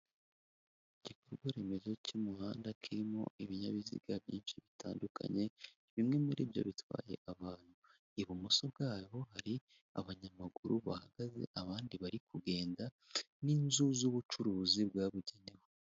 Igikorwa remezo cy'umuhanda, kirimo ibinyabiziga byinshi bitandukanye, bimwe muri byo bitwaye abantu. Ibumoso bwabo hari abanyamaguru bahagaze, abandi bari kugenda, n'inzu z'ubucuruzi bwabugenewe.